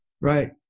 Right